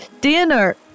dinner